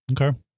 Okay